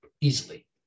easily